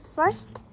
First